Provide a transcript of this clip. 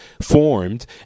formed